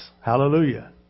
Hallelujah